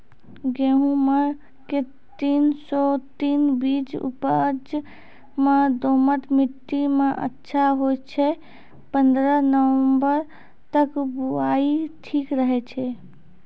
गेहूँम के तीन सौ तीन बीज उपज मे दोमट मिट्टी मे अच्छा होय छै, पन्द्रह नवंबर तक बुआई ठीक रहै छै